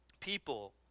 people